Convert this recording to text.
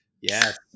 Yes